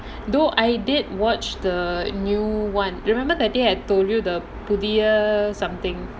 though I did watch the new one remember that day I told you the புதிய:pudhiya something